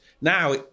now